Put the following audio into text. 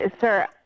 sir